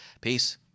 Peace